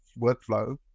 workflow